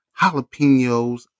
Jalapenos